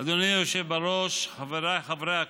אדוני היושב-ראש, חבריי חברי הכנסת,